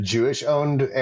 Jewish-owned